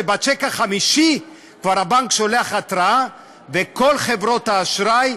שבשיק החמישי כבר הבנק שולח התראה וכל חברות האשראי